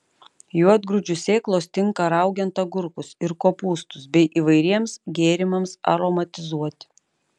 juodgrūdžių sėklos tinka raugiant agurkus ir kopūstus bei įvairiems gėrimams aromatizuoti